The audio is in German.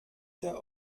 der